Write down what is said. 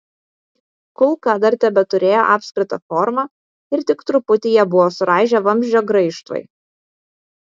kulka dar tebeturėjo apskritą formą ir tik truputį ją buvo suraižę vamzdžio graižtvai